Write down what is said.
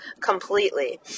completely